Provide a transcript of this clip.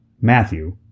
Matthew